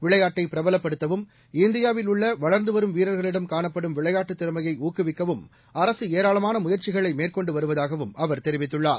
விளையாட்டை பிரபலப்படுத்தவும் இந்தியாவில் உள்ள வளர்ந்துவரும் வீரர்களிடம் காணப்படும் விளையாட்டுத் திறமையை ஊக்குவிக்கவும் அரசு ஏராளமான முயற்சிகளை மேற்கொண்டு வருவதாகவும் அவர் தெரிவித்துள்ளார்